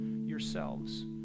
yourselves